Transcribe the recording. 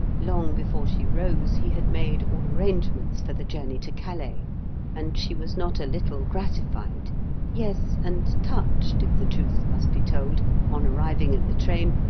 long before she rose he had made all arrangements for the journey to calais and she was not a little gratified yes, and touched if the truth must be told on arriving at the train,